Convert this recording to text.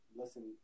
listen